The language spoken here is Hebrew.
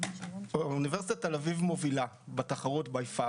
אוניברסיטת תל אביב מובילה בתחרות בגדול.